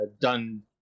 done